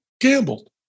gambled